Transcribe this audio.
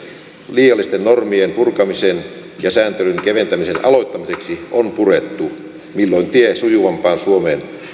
liiallisten normien purkamisen ja sääntelyn keventämisen aloittamiseksi on purettu milloin tie sujuvampaan suomeen